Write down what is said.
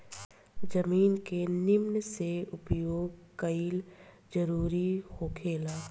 जमीन के निमन से उपयोग कईल जरूरी होखेला